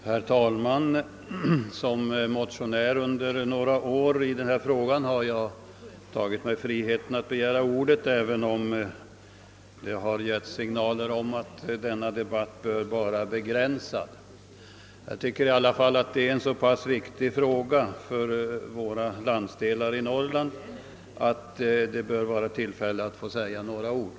Herr talman! Som motionär under några år i denna fråga har jag tagit mig friheten att begära ordet, även om det har getts signaler om att denna debatt bör begränsas. Jag tycker att detta är en så pass viktig fråga för Norrland att jag bör ta tillfället i akt att säga några ord.